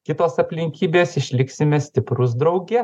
kitos aplinkybės išliksime stiprūs drauge